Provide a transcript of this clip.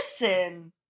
listen